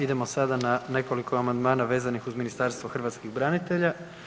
Idemo sada na nekoliko amandmana vezano uz Ministarstvo hrvatskih branitelja.